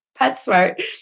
PetSmart